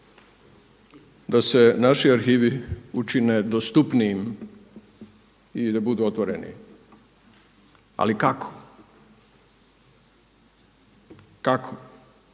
da se naši arhivi učine dostupnijim i da budu otvoreni. Ali kako? Kako?